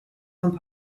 vom